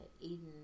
Eden